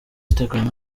instagram